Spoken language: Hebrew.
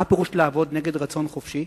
מה פירוש "לעבוד נגד הרצון החופשי"?